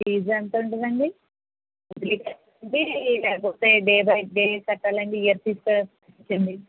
fees ఎంత ఉంటుంది అండి లేకపోతే డే బై డే కట్టాలండి లేదా ఇయర్ ఫీజ్ సెమి